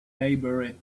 maybury